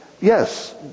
yes